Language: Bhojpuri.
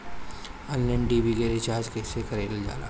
ऑनलाइन टी.वी के रिचार्ज कईसे करल जाला?